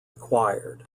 required